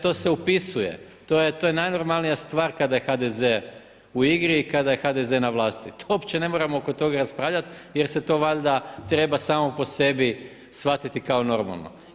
To se upisuje, to je najnormalnija stvar kada je HDZ u igri i kada je HDZ na vlasti, to uopće ne moramo oko toga raspravljat jer se to valjda treba samo po sebi shvatiti kao normalno.